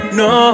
no